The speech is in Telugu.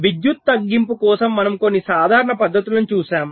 విద్యుత్ తగ్గింపు కోసం మనం కొన్ని సాధారణ పద్ధతులను చూశాము